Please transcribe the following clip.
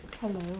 Hello